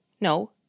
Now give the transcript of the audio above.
No